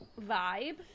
vibe